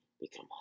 become